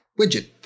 widget